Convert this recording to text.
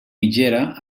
mitgera